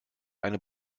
eine